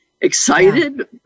excited